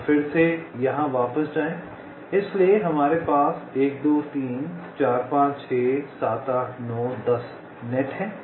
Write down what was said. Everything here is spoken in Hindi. अब फिर से यहां वापस जाएं इसलिए मेरे पास 1 2 3 4 5 6 7 8 9 10 नेट है